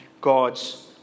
God's